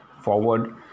forward